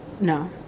No